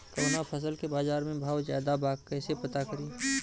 कवना फसल के बाजार में भाव ज्यादा बा कैसे पता करि?